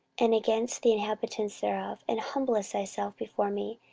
and against the inhabitants thereof, and humbledst thyself before me,